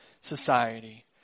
society